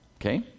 Okay